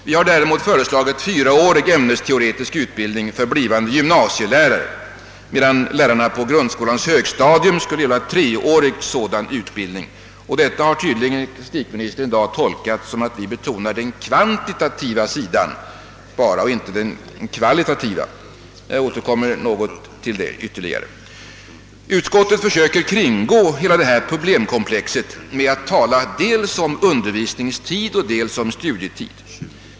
Vi reservanter har föreslagit fyraårig ämnesteoretisk utbildning för blivande gymnasielärare, medan lärarna på grundskolans högstadium skulle ha treårig utbildning. Detta har tydligen ecklesiastikministern i dag tolkat så att vi betonat endast den kvantitativa sidan och inte den kvalitativa. Jag återkommer något till den saken. Utskottet försöker kringgå problemkomplexet genom att tala dels om undervisningstid, dels om studietid.